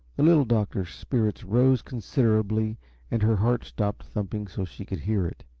the little doctor's spirits rose considerably and her heart stopped thumping so she could hear it.